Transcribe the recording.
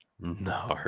No